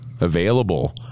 Available